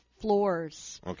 floors